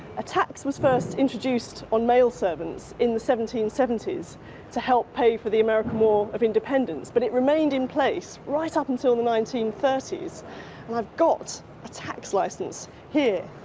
a tax was first introduced on male servants in the seventeen seventy s to help pay for the american war of independence, but it remained in place right up and to until the nineteen thirty s. and i've got a tax licence here,